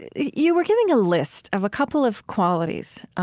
you were giving a list of a couple of qualities